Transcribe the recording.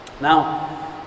Now